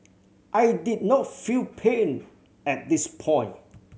I did not feel pain at this point